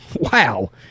Wow